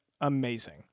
amazing